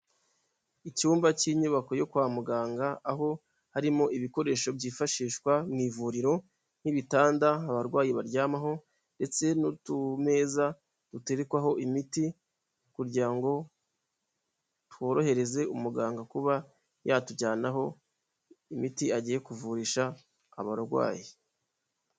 Icyumba cy'inyubako yo kwa muganga aho harimo ibikoresho byifashishwa mu ivuriro nk'ibitanda abarwayi baryamaho ndetse n'utumeza duterekwaho imiti kugira ngo tworohereze umuganga kuba yatujyana aho imiti agiye kuvurisha abarwayi.